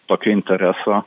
tokio intereso